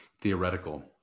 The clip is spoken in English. theoretical